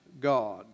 God